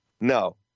No